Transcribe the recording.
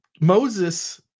Moses